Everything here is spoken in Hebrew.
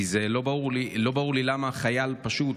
כי לא ברור לי למה חייל פשוט,